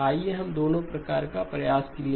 आइए हम दोनों का प्रयास करें